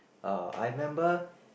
uh I remember